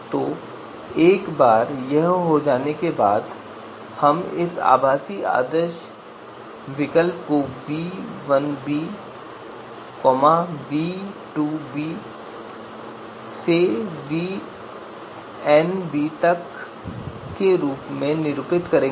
तो एक बार यह हो जाने के बाद हम इस आभासी आदर्श विकल्प कोv1b v2b से vnbतक के रूप में निरूपित करेंगे